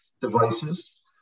devices